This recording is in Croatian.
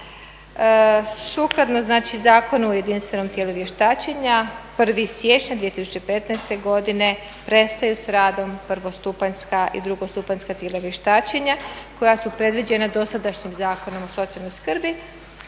Sukladno Zakonu o jedinstvenom tijelu vještačenja 1.siječnja 2015.godine prestaju s radom prvostupanjska i drugostupanjska tijela vještačenja koja su predviđena dosadašnjim Zakonom o socijalnoj skrbi.